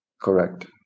correct